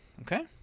okay